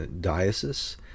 diocese